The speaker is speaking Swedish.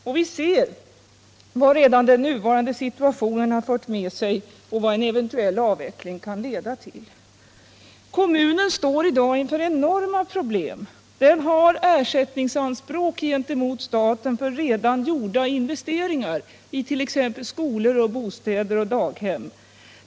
Och vi ser vad redan den nuvarande situationen fört med sig och vad en eventuell avveckling kan leda till. Kommunen står i dag inför enorma problem. Den har ersättningsanspråk gentemot staten för redan gjorda investeringar i t.ex. skolor, bostäder och daghem.